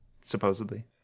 supposedly